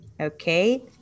Okay